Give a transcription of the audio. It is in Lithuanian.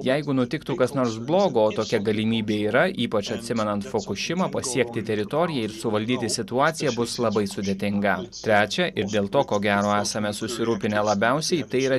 jeigu nutiktų kas nors blogo o tokia galimybė yra ypač atsimenant fukušimą pasiekti teritoriją ir suvaldyti situaciją bus labai sudėtinga trečia ir dėl to ko gero esame susirūpinę labiausiai tai yra